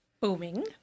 booming